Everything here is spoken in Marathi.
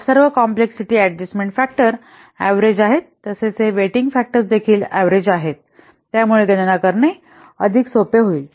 तर सर्व कॉम्प्लेक्सिटी अडजस्टमेन्ट फॅक्टर ऍव्हरेज आहेत तसेच हे वेटिंग फॅक्टरस देखील ऍव्हरेज आहेत त्यामुळे गणना करणे अधिक सोपे होईल